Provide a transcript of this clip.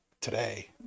today